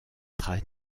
très